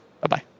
Bye-bye